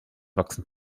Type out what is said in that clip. wachsen